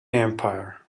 empire